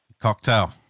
Cocktail